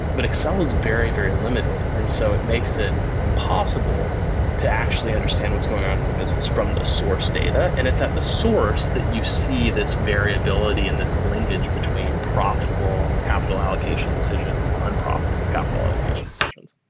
but excel is very, very limited. and so it makes it impossible to actually understand what's going on in the business from the source data. and it's at the source that you see this variability and this linkage between profitable capital allocation decisions and unprofitable capital allocation decisions.